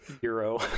hero